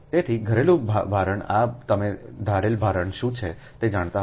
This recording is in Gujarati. તેથી ઘરેલું ભારણ આ તમે ઘરેલું ભારણ શું છે તે જાણતા હશો